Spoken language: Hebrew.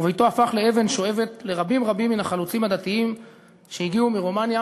וביתו הפך לאבן שואבת לרבים רבים מן החלוצים הדתיים שהגיעו מרומניה